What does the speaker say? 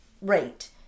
rate